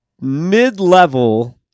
mid-level